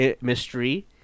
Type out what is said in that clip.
mystery